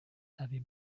avait